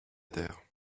terre